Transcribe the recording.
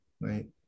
right